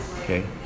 Okay